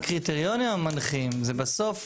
הקריטריונים המנחים זה בסוף,